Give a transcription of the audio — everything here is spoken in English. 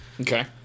Okay